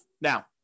Now